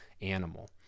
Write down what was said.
animal